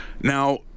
Now